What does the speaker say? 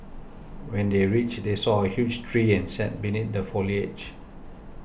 when they reached they saw a huge tree and sat beneath the foliage